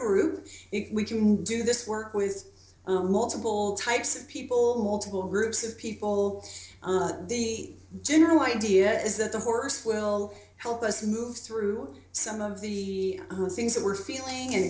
group if we can do this work with multiple types of people who are groups of people the general idea is that the horse will help us move through some of the things that we're feeling and